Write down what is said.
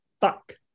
fuck